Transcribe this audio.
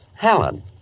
Helen